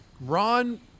Ron